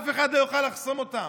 אף אחד לא יוכל לחסום אותם.